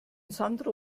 sandro